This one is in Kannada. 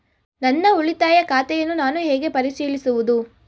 ನನ್ನ ಉಳಿತಾಯ ಖಾತೆಯನ್ನು ನಾನು ಹೇಗೆ ಪರಿಶೀಲಿಸುವುದು?